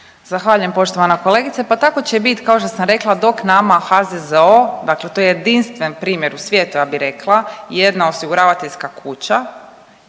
Zahvaljujem poštovana kolegice. Pa tako će i bit, kao što sam rekla dok nama HZZO, dakle to je jedinstven primjer u svijetu, ja bih rekla, jedna osiguravateljska kuća,